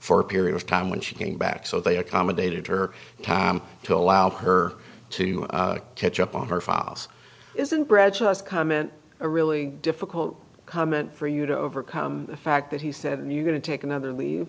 for a period of time when she came back so they accommodated her to allow her to catch up on her files isn't bradshaw's comment a really difficult comment for you to overcome the fact that he said and you're going to take another leave